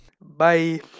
Bye